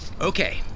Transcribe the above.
Okay